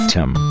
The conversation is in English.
Tim